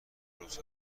امروز